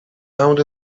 out